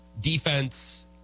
defense